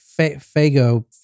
Fago